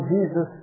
Jesus